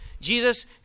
Jesus